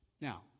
Now